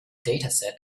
dataset